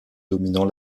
dominant